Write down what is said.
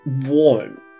warm